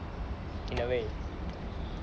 in a way